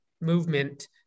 movement